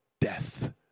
death